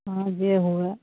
हँ जे हुए